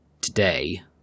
today